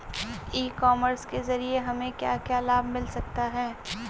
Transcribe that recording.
ई commerce के ज़रिए हमें क्या क्या लाभ मिल सकता है?